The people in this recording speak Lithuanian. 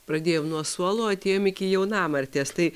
pradėjom nuo suolo atėjom iki jaunamartės tai